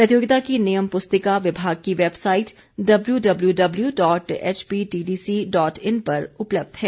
प्रतियोगिता की नियम पुस्तिका विभाग की website W W W dot H P T D C dot in पर उपलब्ध है